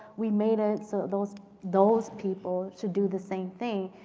we made it. so those those people should do the same thing.